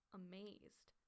amazed